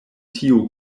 tiu